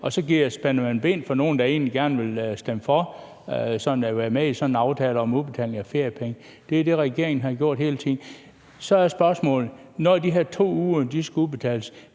og så spænder man ben for nogen, der egentlig gerne ville have stemt for og have været med i sådan en aftale om udbetaling af feriepenge. Det er det, regeringen har gjort hele tiden. Så er spørgsmålet: Når de her 2 uger skal udbetales,